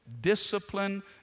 discipline